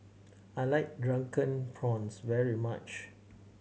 I like Drunken Prawns very much